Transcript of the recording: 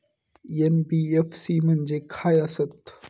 NBFC म्हणजे खाय आसत?